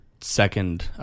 second